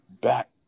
back